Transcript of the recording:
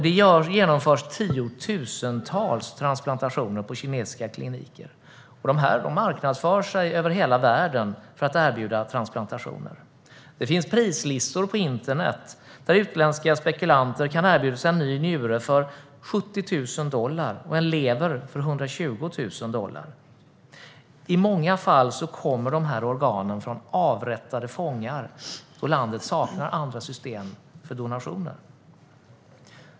Det genomförs tiotusentals transplantationer på kinesiska kliniker, och klinikerna marknadsför sig över hela värden och erbjuder transplantationer. Det finns prislistor på internet där utländska spekulanter kan erbjudas en ny njure för 70 000 dollar och en lever för 120 000 dollar. I många fall kommer dessa organ från avrättade fångar. Landet saknar andra system för donationer.